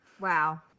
Wow